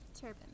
turban